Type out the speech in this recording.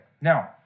Now